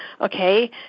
okay